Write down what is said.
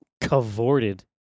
cavorted